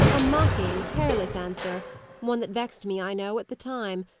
a mocking, careless answer one that vexed me, i know, at the time.